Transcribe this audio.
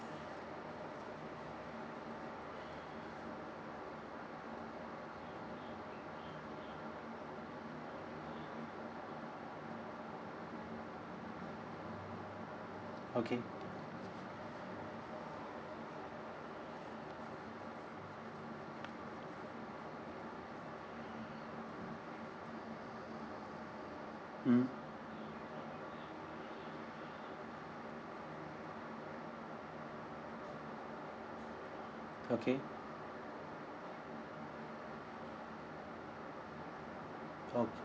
okay mm okay okay